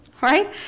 Right